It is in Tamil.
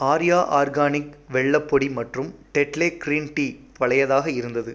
ஆரியா ஆர்கானிக் வெல்லப்பொடி மற்றும் டெட்லே கிரீன் டீ பழையதாக இருந்தது